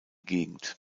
gegend